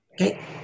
okay